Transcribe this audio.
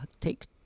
take